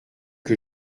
que